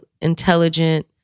intelligent